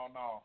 no